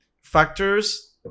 factors